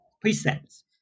precepts